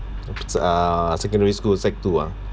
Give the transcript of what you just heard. it's uh secondary school sec two ah